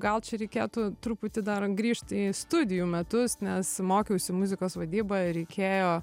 gal čia reikėtų truputį dar grįžt į studijų metus nes mokiausi muzikos vadybą ir reikėjo